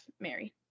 Mary